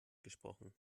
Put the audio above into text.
gesprochen